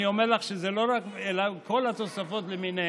אני אומר לך שזה לא רק, זה עם כל התוספות למיניהן.